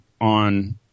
on